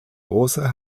große